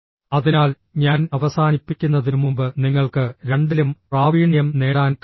അതിനാൽ ഞാൻ അവസാനിപ്പിക്കുന്നതിനുമുമ്പ് നിങ്ങൾക്ക് രണ്ടിലും പ്രാവീണ്യം നേടാൻ കഴിയണം